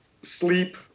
sleep